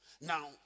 Now